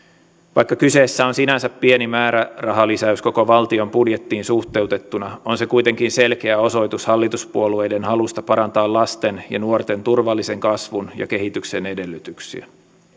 vaikka kyseessä on sinänsä pieni määrärahalisäys koko valtion budjettiin suhteutettuna on se kuitenkin selkeä osoitus hallituspuolueiden halusta parantaa lasten ja nuorten turvallisen kasvun ja kehityksen edellytyksiä